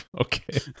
Okay